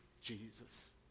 Jesus